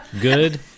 good